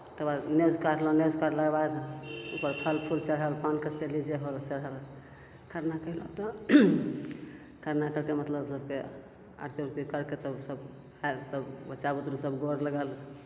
तक बाद नोँज काटलौं नोँज काटलाके बाद उपर फल फूल चढ़ल पान कसैली जे होल चढ़ल खरना कएलहुँ तऽ खरना करिके मतलब सबके आरती उरती तब सब खाइले बच्चा बुतरु सब गोड़ लगल